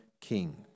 king